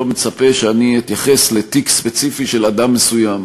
מצפה שאני אתייחס לתיק ספציפי של אדם מסוים.